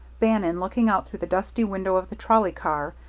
bannon, looking out through the dusty window of the trolley car,